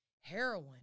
heroin